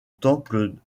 temple